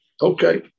okay